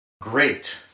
great